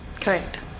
Correct